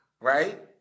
right